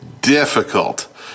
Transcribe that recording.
difficult